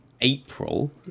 April